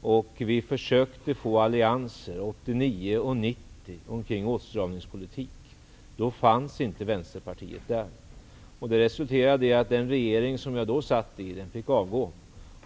och vi försökte få till stånd allianser 1989 och 1990 kring en åtstramningspolitik. Det resulterade i att den regering som jag då satt med i fick avgå.